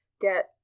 get